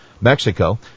Mexico